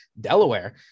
Delaware